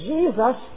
Jesus